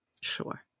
Sure